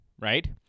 right